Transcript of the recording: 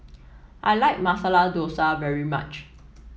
I like Masala Dosa very much